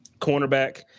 cornerback